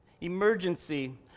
Emergency